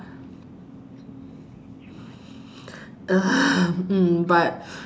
hmm but